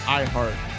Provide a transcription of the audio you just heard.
iheart